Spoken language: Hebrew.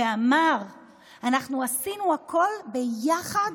אנחנו עשינו הכול ביחד